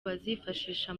bazifashisha